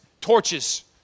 torches